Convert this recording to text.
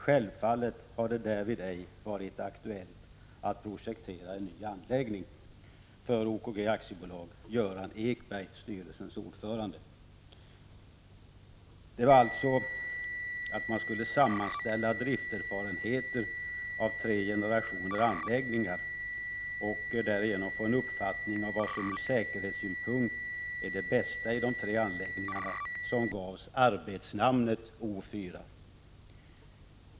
Självfallet har det därvid ej varit aktuellt att projektera en ny anläggning. Det var alltså att man skulle sammanställa drifterfarenheter av tre generationer anläggningar och därigenom få en uppfattning om vad som ur säkerhetssynpunkt är det bästa i de tre anläggningarna som gavs arbetsnamnet O4.